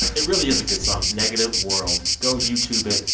it really is a good song, negative world. go youtube it,